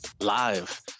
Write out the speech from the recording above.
live